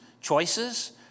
choices